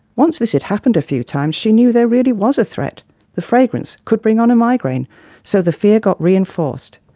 once this had happened a few times she knew there really was a threat the fragrance could bring on a migraine so the fear got reinforced.